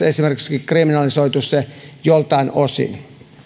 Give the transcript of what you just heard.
esimerkiksi kriminalisoitu se joltain osin